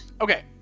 Okay